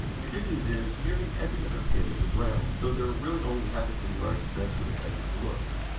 the good news is, nearly every other pin is a ground, so there are really only half as many wires to mess with as it looks.